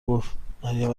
گفتمریم